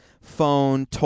Phone